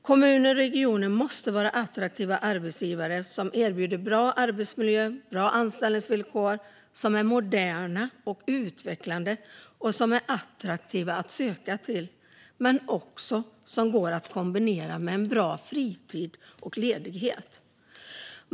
Kommuner och regioner måste vara attraktiva arbetsgivare som erbjuder en bra arbetsmiljö och bra anställningsvillkor, som är moderna, utvecklande och attraktiva att söka sig till och som gör att arbetet går att kombinera med en bra fritid och ledighet.